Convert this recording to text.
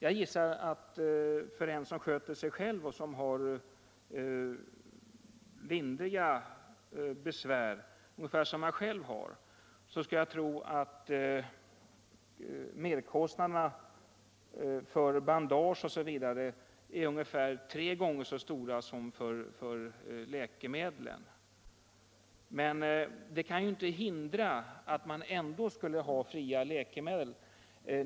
Jag gissar att för dem som sköter sig själva och har lindriga besvär, ungefär som jag har, är merkostnaderna för bandage ungefär tre gånger så stora som för läkemedel. Men det kan inte hindra att de ändå skall ha fria läkemedel.